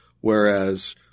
whereas